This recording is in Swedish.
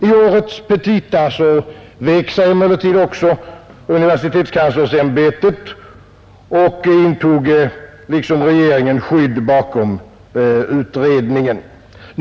I årets petita vek sig emellertid också universitetskanslersämbetet och tog liksom regeringen skydd bakom utredningen.